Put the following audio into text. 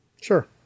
Sure